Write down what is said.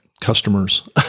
customers